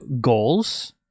goals